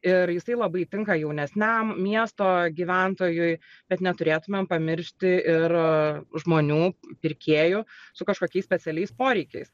ir jisai labai tinka jaunesniam miesto gyventojui bet neturėtumėm pamiršti ir žmonių pirkėjų su kažkokiais specialiais poreikiais